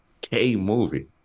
k-movie